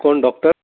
कोण डॉक्टर